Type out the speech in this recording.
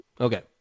Okay